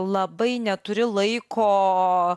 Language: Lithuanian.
labai neturi laiko